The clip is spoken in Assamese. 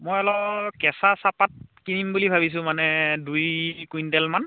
মই অলপ কেঁচা চাহপাত কিনিম বুলি ভাবিছোঁ মানে দুই কুইণ্টল মান